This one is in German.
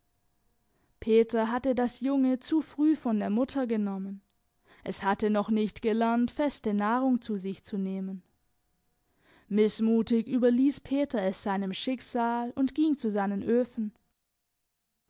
peter hatte das junge zu früh von der mutter genommen es hatte noch nicht gelernt feste nahrung zu sich zu nehmen mißmutig überließ peter es seinem schicksal und ging zu seinen